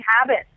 habits